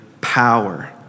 power